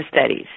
studies